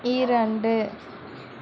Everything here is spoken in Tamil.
இரண்டு